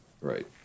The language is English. right